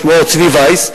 שמו צבי וייס,